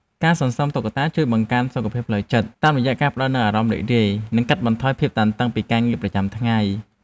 ការសន្សំតុក្កតាជួយបង្កើនសុខភាពផ្លូវចិត្ត តាមរយៈការផ្ដល់នូវអារម្មណ៍រីករាយ និងកាត់បន្ថយភាពតានតឹងពីការងារប្រចាំថ្ងៃ។